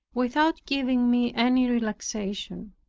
without giving me any relaxation.